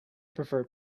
prefer